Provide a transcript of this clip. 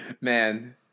Man